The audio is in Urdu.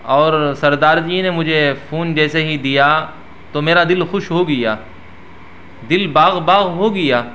اور سردار جی نے مجھے فون جیسے ہی دیا تو میرا دل خوش ہو گیا دل باغ باغ ہو گیا